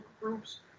groups